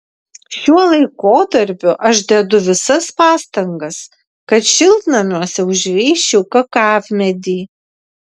šiuo laikotarpiu aš dedu visas pastangas kad šiltnamiuose užveisčiau kakavmedį